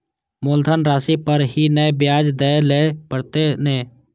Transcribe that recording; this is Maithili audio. मुलधन राशि पर ही नै ब्याज दै लै परतें ने?